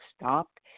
stopped